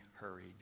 hurried